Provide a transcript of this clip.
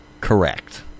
correct